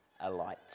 alight